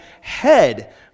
head